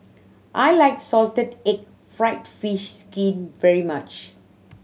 I like salted egg fried fish skin very much